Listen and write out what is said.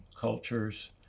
cultures